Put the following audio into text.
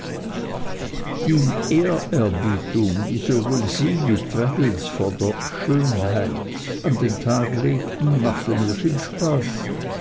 die ehrerbietung die sowohl sie wie traddles vor der schönheit an den tag legten machte mir viel spaß